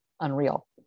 unreal